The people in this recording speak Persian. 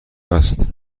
است